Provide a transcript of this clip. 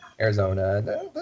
Arizona